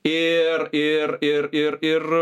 ir ir ir ir ir